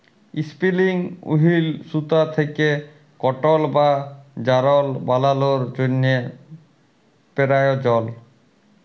ইসপিলিং wheel সুতা থ্যাকে কটল বা যারল বালালোর জ্যনহে পেরায়জল